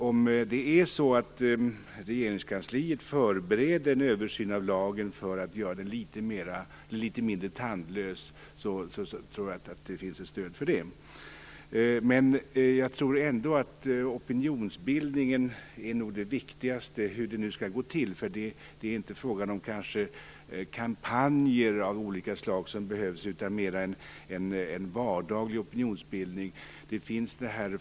Om regeringskansliet förbereder en översyn av lagen för att göra den litet mindre tandlös finns det nog stöd för det. Jag tror nog ändå att opinionsbildningen är det viktigaste - hur den nu skall gå till. Det är ju inte kampanjer av olika slag som behövs utan mera en vardaglig opinionsbildning.